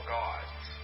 gods